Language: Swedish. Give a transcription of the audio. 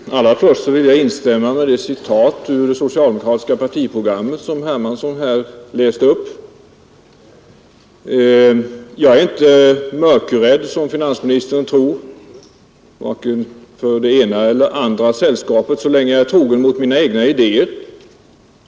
Herr talman! Allra först vill jag ansluta mig till syftet i det citat ur det socialdemokratiska partiprogrammet, som herr Hermansson i Stockholm här läste upp. Jag är inte, som herr finansministern tror, mörkrädd vare sig för det ena eller andra sällskapet, så länge jag är trogen mina egna idéer.